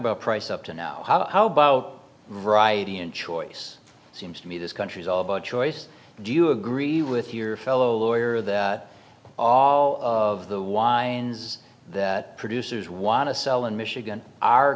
about price up to now how about variety and choice it seems to me this country's all about choice do you agree with your fellow lawyer that all of the wines that producers want to sell in michigan are